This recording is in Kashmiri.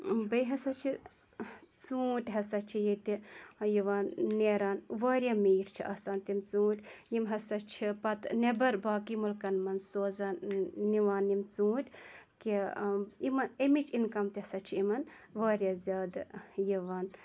بیٚیہِ ہَسا چھِ ژوٗنٹھۍ ہَسا چھِ ییٚتہِ یِوان نیران واریاہ میٖٹھۍ چھِ آسان تِم ژوٗنٹھۍ یِم ہَسا چھِ پَتہٕ نیٚبَر باقٕے مُلکَن مَنٛز سوزان نِوان یِم ژوٗنٹھۍ کہِ امِچ اِنکَم تہِ ہَسا چھِ یِمَن واریاہ زیادٕ یِوان